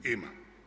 Ima.